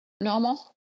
normal